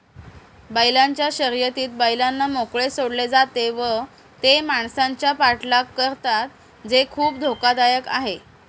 बैलांच्या शर्यतीत बैलांना मोकळे सोडले जाते व ते माणसांचा पाठलाग करतात जे खूप धोकादायक आहे